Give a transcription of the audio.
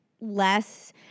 less